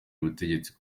ubutegetsi